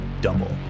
double